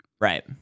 Right